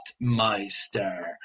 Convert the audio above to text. Meister